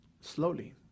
slowly